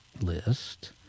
list